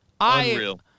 Unreal